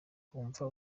bumva